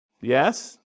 Yes